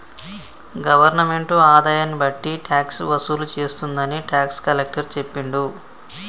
government ఆదాయాన్ని బట్టి tax వసూలు చేస్తుందని టాక్స్ కలెక్టర్ చెప్పిండు